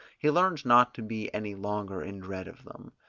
he learns not to be any longer in dread of them.